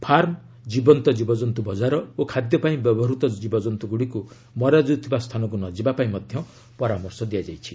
farm ଜୀବନ୍ତ କୀବଜନ୍ତୁ ବଜାର ଓ ଖାଦ୍ୟ ପାଇଁ ବ୍ୟବହୃତ ଜୀବଜନ୍ତୁ ଗୁଡ଼ିକୁ ମରାଯାଉଥିବା ସ୍ଥାନକୁ ନ ଯିବା ପାଇଁ ପରାମର୍ଶ ଦିଆଯାଇଛି